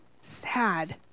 sad